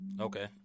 Okay